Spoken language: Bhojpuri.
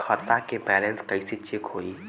खता के बैलेंस कइसे चेक होई?